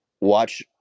watch